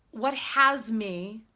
what has me